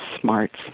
smarts